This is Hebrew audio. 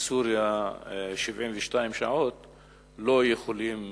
בסוריה 72 שעות הם לא יכולים